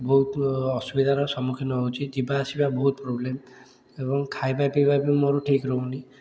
ବହୁତ ଅସୁବିଧାର ସମ୍ମୁଖୀନ ହେଉଛି ଯିବା ଆସିବା ବହୁତ ପ୍ରୋବ୍ଲେମ୍ ଏବଂ ଖାଇବା ପିଇବା ବି ମୋର ଠିକ୍ ରହୁନି